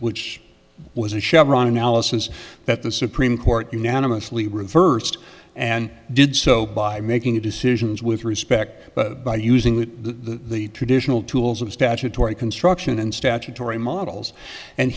which was a chevron analysis that the supreme court unanimously reversed and did so by making a decisions with respect by using the the traditional tools of statutory construction and statutory models and